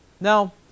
now